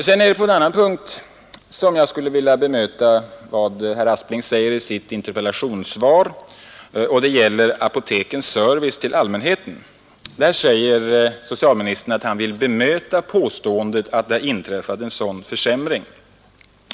Även på en annan punkt vill jag bemöta vad herr Aspling säger i interpellationssvaret. När det gäller frågan om apotektsservicen till allmänheten säger socialministern att han vill bemöta påståendet att det har inträffat en försämring.